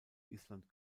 island